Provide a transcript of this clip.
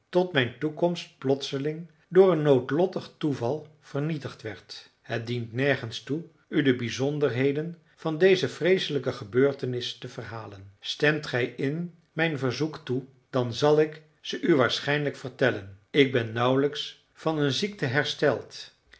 tot mijn toekomst plotseling door een noodlottig toeval vernietigd werd het dient nergens toe u de bijzonderheden van deze vreeselijke gebeurtenis te verhalen stemt gij in mijn verzoek toe dan zal ik ze u waarschijnlijk vertellen ik ben nauwelijks van een ziekte hersteld